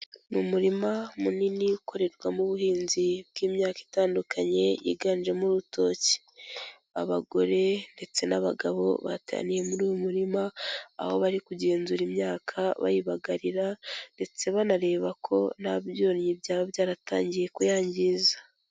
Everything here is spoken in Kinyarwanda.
Ni umurima munini ukorerwamo ubuhinzi bw'imyaka itandukanye yiganjemo urutoki. Abagore ndetse n'abagabo bateraniye muri uyu murima, aho bari kugenzura imyaka bayibagarira ndetse banareba ko nta byonnyi byaba byaratangiye kuyangiza.